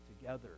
together